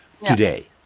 today